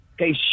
Okay